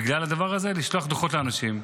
בגלל הדבר הזה, לשלוח דוחות לאנשים.